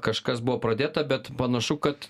kažkas buvo pradėta bet panašu kad